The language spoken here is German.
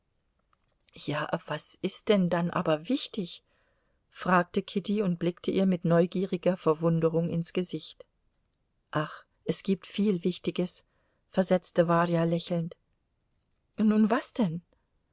ja was ist denn dann aber wichtig fragte kitty und blickte ihr mit neugieriger verwunderung ins gesicht ach es gibt viel wichtiges versetzte warjenka lächelnd nun was denn